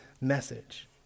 message